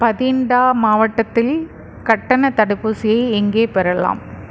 பதிண்டா மாவட்டத்தில் கட்டணத் தடுப்பூசியை எங்கே பெறலாம்